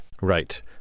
Right